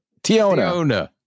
tiona